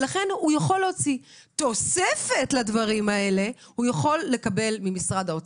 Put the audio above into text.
אבל תוספת לדברים האלה הוא יכול לקבל ממשרד האוצר.